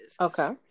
okay